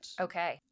Okay